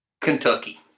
Kentucky